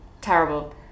Terrible